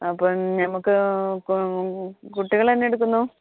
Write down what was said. അപ്പം നമ്മൾക്ക് കുട്ടികൾ എന്നാ എടുക്കുന്നു